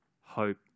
Hope